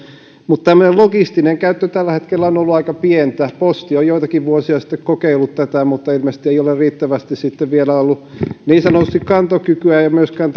mutta tämmöinen logistinen käyttö tällä hetkellä on on ollut aika pientä posti on joitakin vuosia sitten kokeillut tätä mutta ilmeisesti ei ole riittävästi sitten vielä ollut niin sanotusti kantokykyä ja myöskään